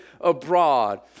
abroad